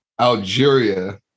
Algeria